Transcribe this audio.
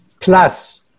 plus